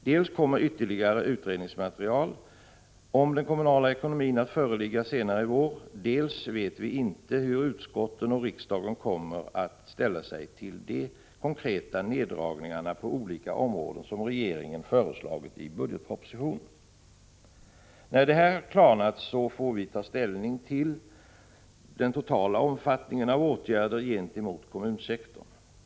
Dels kommer ytterligare utredningsmaterial om den kommunala ekonomin att föreligga senare i vår, dels vet vi inte hur utskotten och riksdagen kommer att ställa sig till de konkreta neddragningarna på olika områden som regeringen föreslagit i budgetpropositionen. När detta klarnat får vi ta ställning till den totala omfattningen av åtgärder gentemot kommunsektorn.